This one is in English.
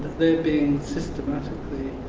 they're being systematically